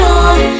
on